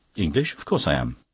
english? of course i am.